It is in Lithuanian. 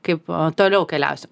kaip toliau keliausim